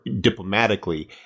diplomatically